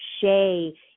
Shay